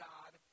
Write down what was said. God